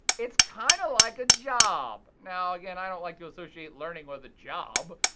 it's kinda like a job. now again, i don't like to associate learning with a job,